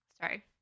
sorry